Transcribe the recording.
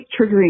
triggering